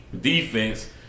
defense